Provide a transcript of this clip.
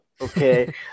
Okay